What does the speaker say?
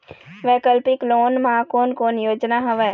वैकल्पिक लोन मा कोन कोन योजना हवए?